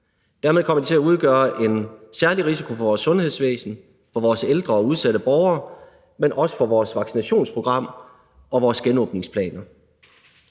Dermed kommer de til at udgøre en særlig risiko for vores sundhedsvæsen, for vores ældre og udsatte borgere, men også for vores vaccinationsprogram og vores genåbningsplaner.